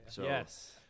Yes